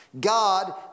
God